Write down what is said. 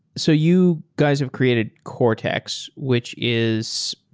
so you guys have created cortex, which is